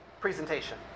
presentation